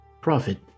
Profit